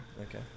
Okay